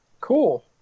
Cool